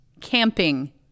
camping